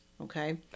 Okay